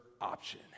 option